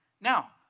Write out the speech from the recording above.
Now